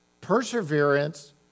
perseverance